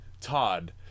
Todd